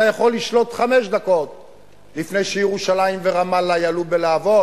אתה יכול לשלוט חמש דקות לפני שירושלים ורמאללה יעלו בלהבות,